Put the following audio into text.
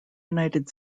united